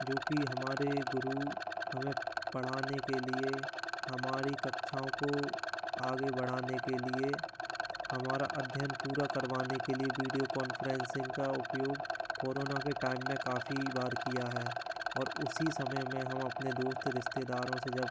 जो कि हमारे गुरु हमें पढाने के लिए हमारी कक्षाओं को आगे बढ़ाने के लिए हमारा अध्ययन पूरा करवाने के लिए वीडियो कॉन्फ्रेंसिंग का उपयोग कोरोना के टाइम में काफ़ी बार किया है और इस समय में हम अपने दोस्त रिश्तेदारों से जब